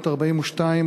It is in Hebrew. בת 42,